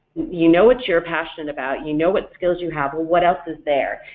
you know what you're passionate about, you know what skills you have, what else is there?